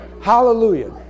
Hallelujah